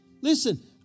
Listen